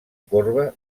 corba